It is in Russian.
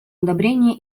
одобрение